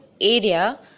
area